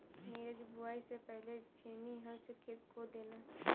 नीरज बुवाई से पहले छेनी हल से खेत खोद देना